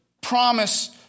promise